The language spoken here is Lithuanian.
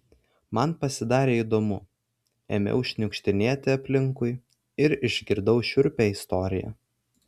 man pasidarė įdomu ėmiau šniukštinėti aplinkui ir išgirdau šiurpią istoriją